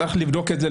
צריך לבדוק את זה,